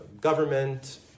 government